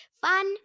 Fun